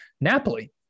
Napoli